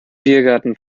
biergarten